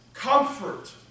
Comfort